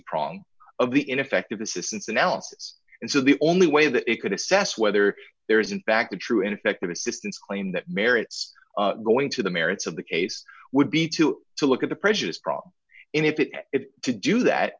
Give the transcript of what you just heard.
prong of the ineffective assistance analysis and so the only way that it could assess whether there is in fact a true ineffective assistance claim that merits going to the merits of the case would be to to look at the prejudiced problem and if it is to do that